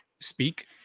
speak